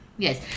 Yes